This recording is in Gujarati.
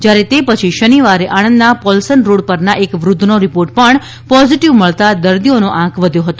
જ્યારે તે પછી શનિવારે આણંદના પોલસન રોડ પરના એક વૃદ્ધનો રીપોર્ટ પણ પોઝીટીવ મળતાં દર્દીઓનો આંક વધ્યો હતો